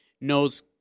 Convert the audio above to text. knows